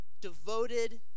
devoted